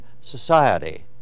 society